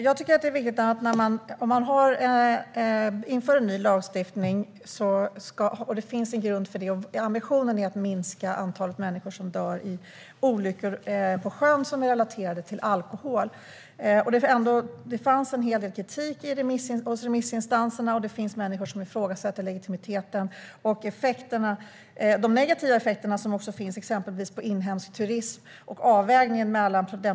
Fru talman! Grunden för den nya lagstiftningen var ambitionen att minska antalet människor som dör i olyckor på sjön relaterade till alkohol. Det fanns dock en hel del kritik hos remissinstanserna. Det finns människor som ifrågasätter legitimiteten och hänvisar till de negativa effekter som uppstått, exempelvis på inhemsk turism.